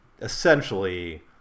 essentially